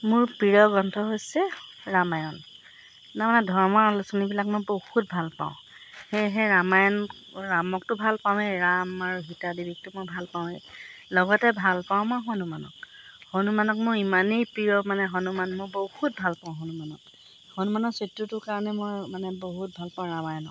মোৰ প্ৰিয় গ্ৰন্থ হৈছে ৰামায়ণ নানা ধৰ্মৰ আলোচনীবিলাক মই বহুত ভাল পাওঁ সেয়েহে ৰামায়ণ ৰামকতো ভাল পাওঁৱেই ৰাম আৰু সীতা দেৱীকতো মই ভাল পাওঁৱেই লগতে ভাল পাওঁ মই হনুমানক হনুমানক মোৰ ইমানেই প্ৰিয় মানে হনুমান মই বহুত ভাল পাওঁ হনুমানক হনুমানৰ চৰিত্ৰটোৰ কাৰণে মই মানে বহুত ভাল পাওঁ ৰামায়ণক